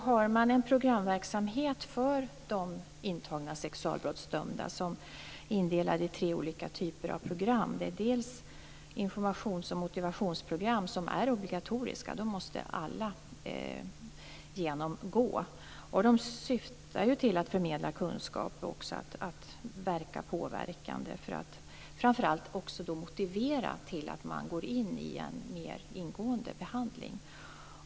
Man har en programverksamhet för de intagna sexualbrottsdömda. Verksamheten är indelad i tre olika typer av program. Det är informations och motivationsprogram, som är obligatoriska. Dem måste alla genomgå. De syftar till att förmedla kunskap och också till att verka påverkande. De skall framför allt motivera den dömde till att gå in i en mer ingående behandling.